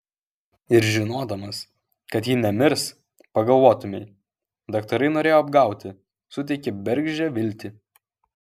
ir žinodamas kad ji nemirs pagalvotumei daktarai norėjo apgauti suteikė bergždžią viltį